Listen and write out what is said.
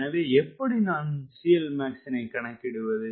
எனவே எப்படி CLmax -னை கணக்கிடுவது